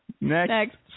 Next